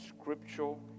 scriptural